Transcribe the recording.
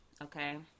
okay